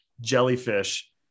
jellyfish